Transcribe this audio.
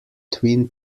twin